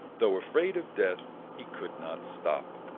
though afraid of death, he could not stop.